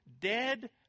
dead